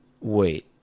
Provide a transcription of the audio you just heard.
wait